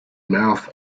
mouth